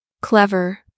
clever